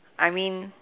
I mean